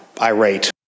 irate